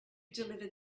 deliver